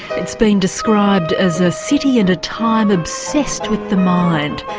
it's been described as a city and a time obsessed with the mind.